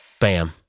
Bam